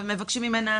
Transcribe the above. ומבקשים ממהנה,